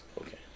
Okay